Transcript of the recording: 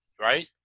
Right